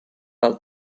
del